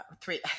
three